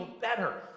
better